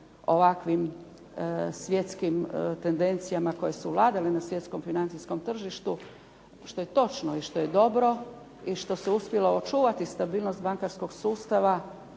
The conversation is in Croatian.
ovakvim svjetskim tendencijama koje su vladale na svjetskom financijskom tržištu što je točno i što je dobro i što se uspjelo očuvati stabilnost bankarskog sustava,